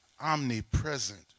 omnipresent